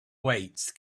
weights